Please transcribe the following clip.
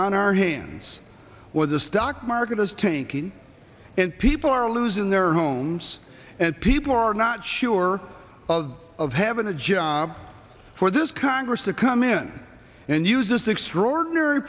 on our hands where the stock market is tanking and people are losing their homes and people are not sure of having a job for this congress to come in and use this extraordinary